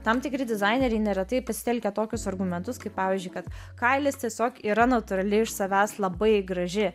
tam tikri dizaineriai neretai pasitelkia tokius argumentus kaip pavyzdžiui kad kailis tiesiog yra natūrali iš savęs labai graži